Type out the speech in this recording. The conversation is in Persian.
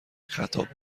خطاب